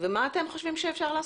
ומה אתם חושבים שאפשר לעשות?